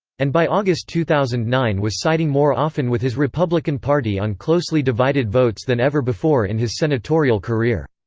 and by august two thousand and nine was siding more often with his republican party on closely divided votes than ever before in his senatorial career.